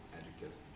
adjectives